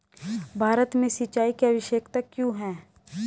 भारत में सिंचाई की आवश्यकता क्यों है?